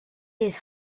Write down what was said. his